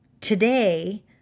today